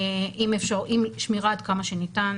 עם שמירת כמה שניתן,